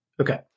Okay